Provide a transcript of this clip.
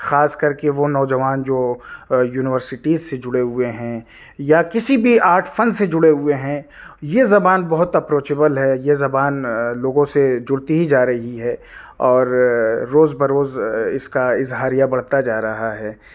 خاص کر کے وہ نوجوان جو یونیورسٹیز سے جڑے ہوئے ہیں یا کسی بھی آرٹ فن سے جڑے ہوئے ہیں یہ زبان بہت اپروچبل ہے یہ زبان لوگوں سے جڑتی ہی جا رہی ہے اور روز بروز اس کا اظہاریہ بڑھتا جا رہا ہے